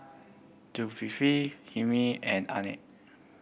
Zulkifli Hilmi and Ain